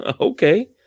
okay